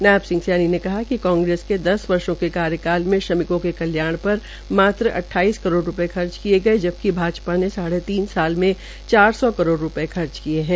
नायब सिंह सैन ने कहा कि कांग्रेस के दस वर्षो के कार्यालय के श्रमिकों के कल्याण पर मात्र अट्ठाइस करोड़ रूपये खर्च किये गये जबिक भाजपा ने साढ़े तीन साल में चार सौ करोड़ रूपये खर्च किये गये है